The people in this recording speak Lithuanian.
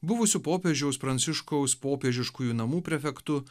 buvusiu popiežiaus pranciškaus popiežiškųjų namų prefektu